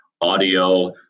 audio